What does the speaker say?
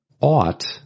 ought